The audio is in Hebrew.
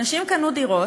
אנשים קנו דירות.